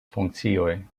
funkcioj